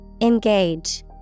Engage